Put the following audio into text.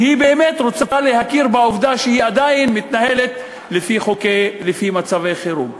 באמת רוצה להכיר בעובדה שהיא עדיין מתנהלת לפי מצב חירום.